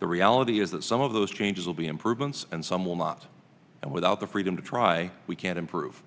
the reality is that some of those changes will be improvements and some will not and without the freedom to try we can improve